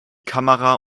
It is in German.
kamera